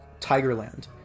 Tigerland